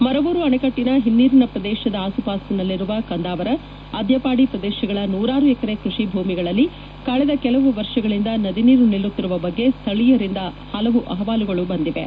ಮರವೂರು ಅಣೆಕಟ್ಟಿನ ಹಿನ್ನೀರಿನ ಪ್ರದೇಶದ ಆಸುಪಾಸಿನಲ್ಲಿರುವ ಕಂದಾವರ ಅದ್ಯಪಾಡಿ ಪ್ರದೇಶಗಳ ನೂರಾರು ಎಕರೆ ಕೃಷಿ ಭೂಮಿಗಳಲ್ಲಿ ಕಳೆದ ಕೆಲವು ವರ್ಷಗಳಿಂದ ನದಿ ನೀರು ನಿಲ್ಲುತ್ತಿರುವ ಬಗ್ಗೆ ಸ್ಥಳೀಯರಿಂದ ಹಲವು ಅಹವಾಲುಗಳು ಬಂದಿವೆ